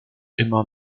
immer